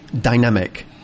Dynamic